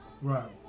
Right